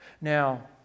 Now